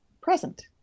present